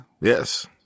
Yes